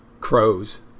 crows